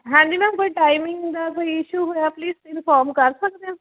ਹਾਂਜੀ ਮੈਮ ਕੋਈ ਟਾਈਮਿੰਗ ਦਾ ਕੋਈ ਇਸ਼ੂ ਹੋਇਆ ਪੀਲਜ਼ ਇਨਫੋਰਮ ਕਰ ਸਕਦੇ ਹੋ